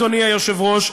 אדוני היושב-ראש,